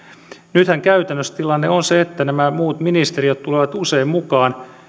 nythän käytännössä tilanne on se että nämä muut ministeriöt tulevat usein mukaan